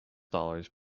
dollars